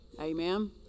Amen